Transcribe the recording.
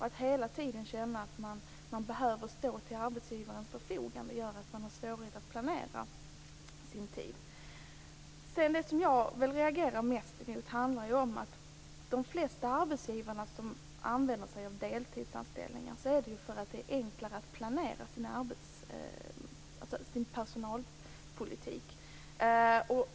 Att hela tiden känna att man behöver stå till arbetsgivarens förfogande gör att man har svårt att planera sin tid. Det som jag reagerar mest emot handlar om att de flesta arbetsgivare som använder sig av deltidsanställningar gör det för att det är enklare att planera sin personalpolitik.